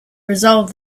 resolved